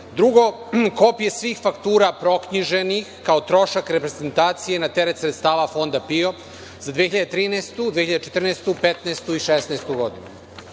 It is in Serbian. puta. Drugo, kopije svih faktura proknjiženih kao trošak reprezentacije na teret sredstava Fonda PIO za 2013, 2014, 2015. i 2016. godinu.